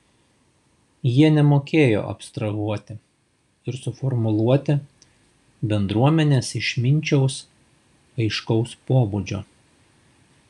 jie nemokėjo abstrahuoti ir suformuluoti bendruomenės išminčiaus aiškaus pobūdžio